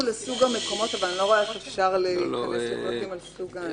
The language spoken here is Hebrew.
לסוג המקומות אבל אני לא רואה איך אפשר להיכנס לפרטים על סוג האנשים.